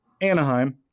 Anaheim